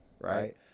right